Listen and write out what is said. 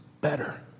better